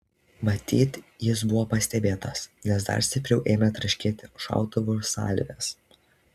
matyt jis buvo pastebėtas nes dar stipriau ėmė traškėti šautuvų salvės